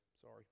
Sorry